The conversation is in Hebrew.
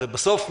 הרי בסוף,